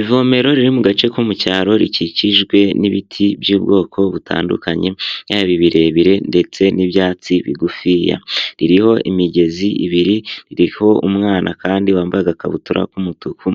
Ivomero riri mu gace ko mu cyaro rikikijwe n'ibiti by'ubwoko butandukanye yaba ibirebire ndetse n'ibyatsi bigufiya, ririho imigezi ibiri, ririho umwana kandi wambaye agakabutura k'umutuku